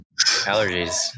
allergies